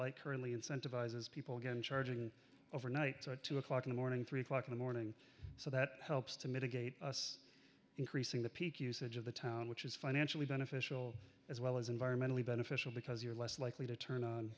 like currently incentivizes people getting charging overnight two o'clock in the morning three o'clock in the morning so that helps to mitigate us increasing the peak usage of the town which is financially beneficial as well as environmentally beneficial because you're less likely to turn